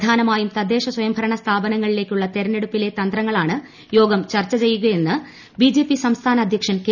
പ്രധാനമായും തദ്ദേശ സ്വയം ഭരണ സ്ഥാപങ്ങളിലേ ക്കുള്ള തെരഞ്ഞെടുപ്പിലെ തന്ത്രങ്ങളാണ് യോഗം ചർച്ച ചെയ്യുക യെന്ന് ബിജെപി സംസ്ഥാന അദ്ധ്യക്ഷൻ കെ